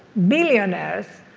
billionaires,